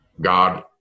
God